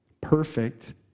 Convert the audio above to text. perfect